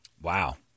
Wow